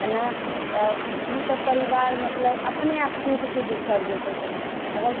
आ नहि तऽ ओ तऽ परिवार मतलब अपने आप टूटके बिखर जेतै अगर